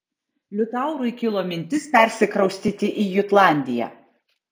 liutaurui kilo mintis persikraustyti į jutlandiją